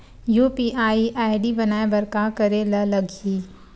UPI ID बनाये बर का करे ल लगही?